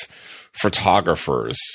photographers